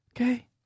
Okay